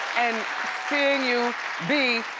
and seeing you be,